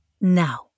Now